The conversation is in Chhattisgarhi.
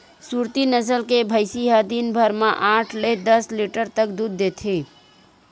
सुरती नसल के भइसी ह दिन भर म आठ ले दस लीटर तक दूद देथे